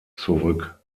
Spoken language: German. zurück